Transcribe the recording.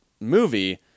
movie